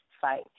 fight